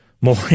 more